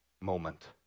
moment